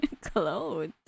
clothes